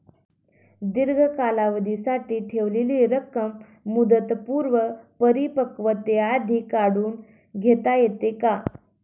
दीर्घ कालावधीसाठी ठेवलेली रक्कम मुदतपूर्व परिपक्वतेआधी काढून घेता येते का?